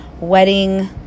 wedding